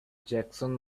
jackson